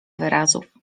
wyrazów